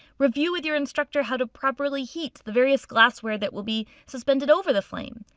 review with your instructor how to properly heat the various glassware that will be suspended over the flame.